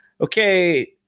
okay